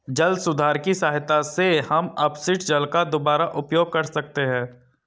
जल सुधार की सहायता से हम अपशिष्ट जल का दुबारा उपयोग कर सकते हैं